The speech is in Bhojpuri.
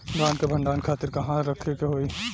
धान के भंडारन खातिर कहाँरखे के होई?